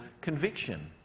conviction